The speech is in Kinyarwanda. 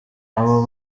abo